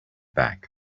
back